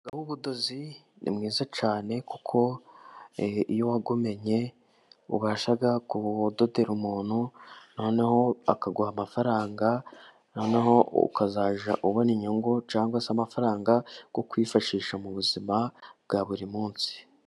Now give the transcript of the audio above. Umwuga w'ubudozi ni mwiza cyane kuko iyo wawumenye ubasha kudodera umuntu, noneho akaguha amafaranga, noneho ukazajya ubona inyungu cyangwa se amafaranga yo kwifashisha mu buzima bwa buri munsi.